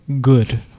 Good